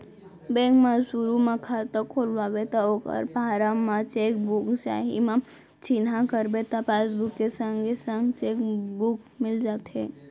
bank म सुरू म खाता खोलवाबे त ओकर फारम म चेक बुक चाही म चिन्हा करबे त पासबुक के संगे संग चेक बुक मिल जाथे